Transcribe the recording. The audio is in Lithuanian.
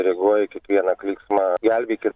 reaguoja į kiekvieną klyksmą gelbėkit